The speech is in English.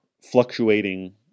fluctuating